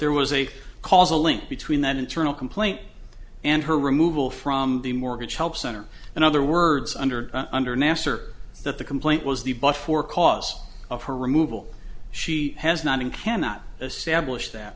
there was a causal link between that internal complaint and her removal from the mortgage help center in other words under under nasser that the complaint was the but for cause of her removal she has not and cannot establish that